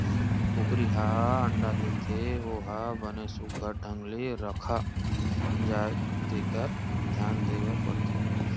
कुकरी ह अंडा देथे ओ ह बने सुग्घर ढंग ले रखा जाए तेखर धियान देबर परथे